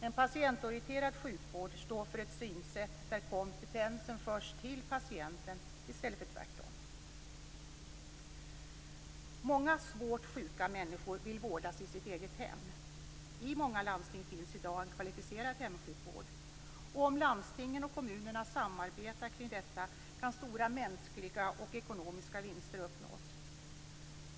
En patientorienterad sjukvård står för ett synsätt där kompetensen förs till patienten i stället för tvärtom. Många svårt sjuka människor vill vårdas i sitt eget hem. I många landsting finns i dag en kvalificerad hemsjukvård. Om landstingen och kommunerna samarbetar kring detta kan stora mänskliga och ekonomiska vinster uppnås.